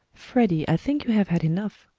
freddie, i think you have had enough,